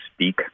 speak